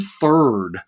third